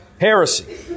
heresy